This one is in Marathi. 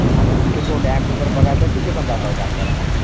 आणि तिथून तो डॅम्प वगैरे बघायचा तिथे पण जाता येतं आपल्याला मग